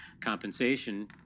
compensation